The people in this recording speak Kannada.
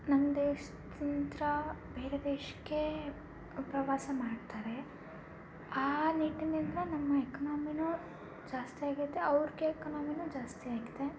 ನನ್ನ ದೇಶದಿಂದ ಬೇರೆ ದೇಶಕ್ಕೆ ಪ್ರವಾಸ ಮಾಡ್ತಾರೆ ಆ ನಿಟ್ಟಿನಿಂದ ನಮ್ಮ ಎಕ್ನೊಮಿನೂ ಜಾಸ್ತಿ ಆಗಿದೆ ಅವ್ರಿಗೆ ಎಕ್ನೊಮಿನೂ ಜಾಸ್ತಿ ಆಗಿದೆ